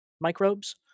microbes